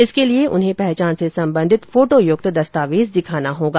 इसके लिए उन्हें पहचान से सम्बन्धित फोटोयुक्त दस्तावेज दिखाना होगा